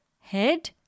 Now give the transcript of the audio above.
head